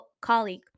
colleague